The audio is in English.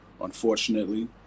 unfortunately